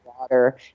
water